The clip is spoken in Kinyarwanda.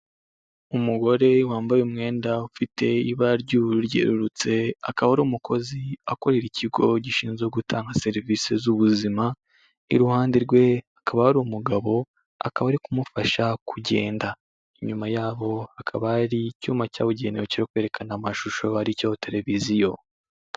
Umugore wambaye umwenda ufite ibara ry'ubururu ryerurutse akaba ari umukozi akorera ikigo gishinzwe gutanga serivisi z'ubuzima iruhande rwe hakaba ari umugabo akaba ari kumufasha kugenda inyuma yabo hakaba yari icyuma cyabugenewe cyo kwerekana amashusho aricyo televiziyo.